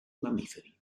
mammiferi